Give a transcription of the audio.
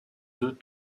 deux